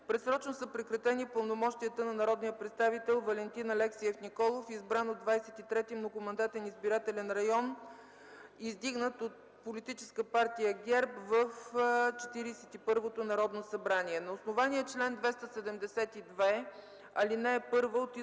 предсрочно са прекратени пълномощията на народния представител Валентин Алексиев Николов, избран от 23. многомандатен избирателен район и издигнат от Политическа партия ГЕРБ в 41-то Народно събрание. На основание чл. 272, ал. 1 от Изборния